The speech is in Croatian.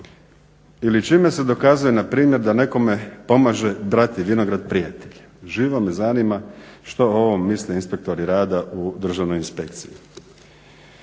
Ili čime se dokazuje npr. da nekome pomaže brati vinograd prijatelju. Živo me zanima što o ovom misle inspektori rada u državnoj inspekciji.